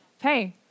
Hey